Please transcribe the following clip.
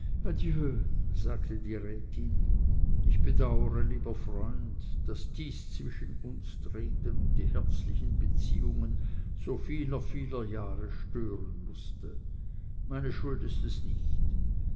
sagte hier die rätin ich bedaure lieber freund daß dies zwischen uns treten und die herzlichen beziehungen so vieler vieler jahre stören mußte meine schuld ist es nicht